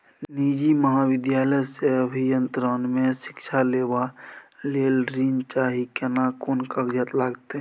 निजी महाविद्यालय से अभियंत्रण मे शिक्षा लेबा ले ऋण चाही केना कोन कागजात लागतै?